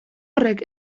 horrek